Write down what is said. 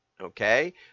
okay